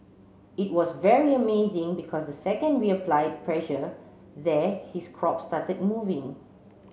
it was very amazing because the second we applied pressure there his crop started moving